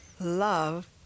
love